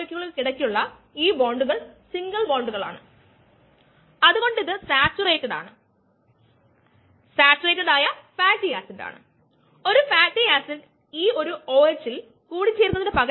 k1ESVk2ESVk3ESV വോള്യങ്ങൾ തുല്യമാണ് അതിനാൽ അവ വേണ്ടാന്നു വെക്കാൻ കഴിയും അതിനാൽ നമുക്ക് k 1 E S equals k 2 ES k 2 ES k 3 ES ലഭിക്കുന്നു